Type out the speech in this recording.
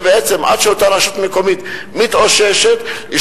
בעצם עד שאותה רשות מקומית מתאוששת היא